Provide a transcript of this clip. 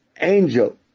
angel